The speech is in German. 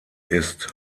ist